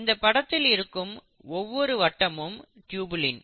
இந்த படத்தில இருக்கும் ஒவ்வொரு வட்டமும் டியுபுலின்